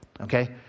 okay